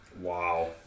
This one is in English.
Wow